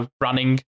Running